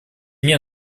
мне